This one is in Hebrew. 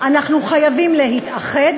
אנחנו חייבים להתאחד,